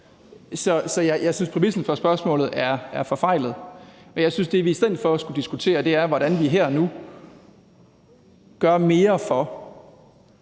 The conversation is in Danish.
så jeg synes, præmissen for spørgsmålet er forfejlet. Jeg synes, det, vi i stedet for skulle diskutere, er, hvordan vi her og nu gør mere for,